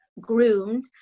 groomed